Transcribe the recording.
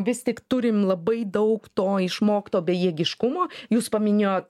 vis tik turim labai daug to išmokto bejėgiškumo jūs paminėjot